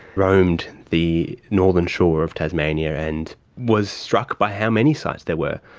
roamed the northern shore of tasmania, and was struck by how many sites there were.